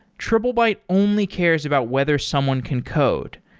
triplebyte only cares about whether someone can code.